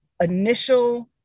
Initial